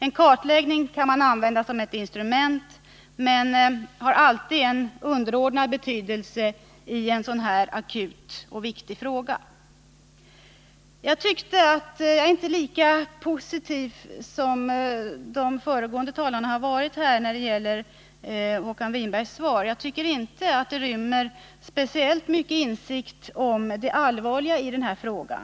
En kartläggning kan användas som ett instrument men har alltid en underordnad betydelse i en sådan här akut och viktig fråga. Jag är inte lika positiv som de föregående talarna har varit när det gäller Håkan Winbergs svar. Jag tycker inte att det rymmer speciellt mycken insikt om det allvarliga i denna fråga.